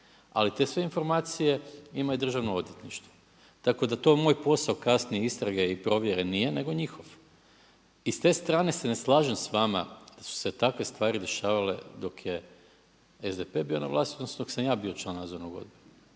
ali te sve informacije ima i Državno odvjetništvo. Tako da to moj posao kasnije i istrage i provjere nije nego njihov. I s te strane se ne slažem s vama što su se takve stvari dešavale dok je SDP bio na vlasti odnosno dok sam ja bio član nadzornog odbora